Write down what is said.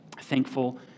Thankful